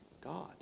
God